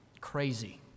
crazy